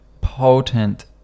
potent